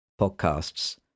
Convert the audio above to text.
podcasts